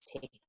take